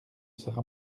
sera